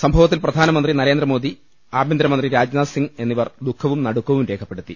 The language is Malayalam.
സംഭവ ത്തിൽ പ്രധാനമന്ത്രി നരേന്ദ്രമോദി ആഭ്യന്തരമന്ത്രി രാജ്നാഥ്സിംഗ് എന്നിവർ ദുഃഖവും നടുക്കവും രേഖപ്പെടുത്തി